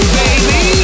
baby